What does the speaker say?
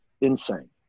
insane